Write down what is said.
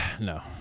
No